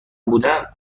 بودم